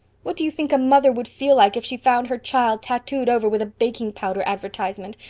what do you think a mother would feel like if she found her child tattooed over with a baking powder advertisement?